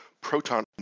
Proton